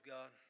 God